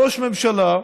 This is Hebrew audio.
ראש הממשלה,